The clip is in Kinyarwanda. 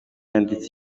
yanditse